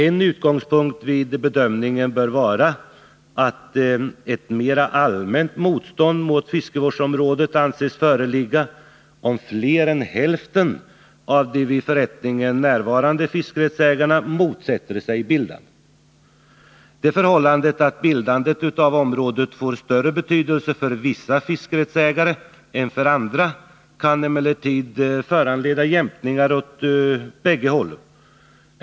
En utgångspunkt vid bedömningen bör vara att ett mera allmänt motstånd mot bildandet av fiskevårdsområde anses föreligga om fler än hälften av de vid förrättningen närvarande fiskerättsägarna motsätter sig bildandet. Det förhållandet att bildandet av fiskevårdsområde får större betydelse för vissa fiskerättsägare än för andra kan emellertid föranleda jämkningar åt bägge hållen.